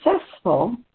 successful